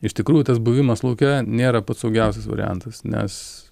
iš tikrųjų tas buvimas lauke nėra pats saugiausias variantas nes